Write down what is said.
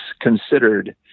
considered